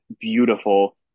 beautiful